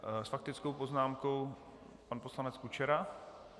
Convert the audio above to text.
S faktickou poznámkou pan poslanec Kučera.